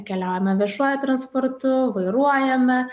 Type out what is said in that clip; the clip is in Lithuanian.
keliaujame viešuoju transportu vairuojame